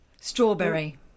Strawberry